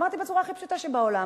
ואמרתי בצורה הכי פשוטה שבעולם,